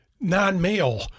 non-male